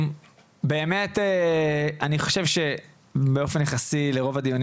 באמת אני חושב שבאופן יחסי לרוב הדיונים